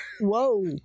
whoa